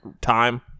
time